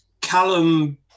Callum